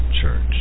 Church